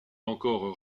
encore